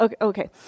Okay